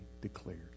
declared